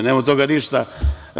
Nema od toga ništa.